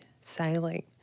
sailing